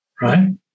right